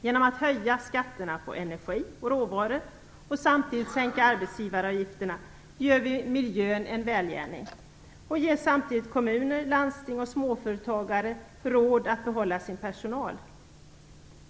Genom att höja skatterna på energi och råvaror och samtidigt sänka arbetsgivaravgifterna gör vi miljön en välgärning och möjliggör samtidigt för kommuner, landsting och småföretagare att behålla sin personal.